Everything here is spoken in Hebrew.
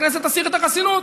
הכנסת תסיר את החסינות.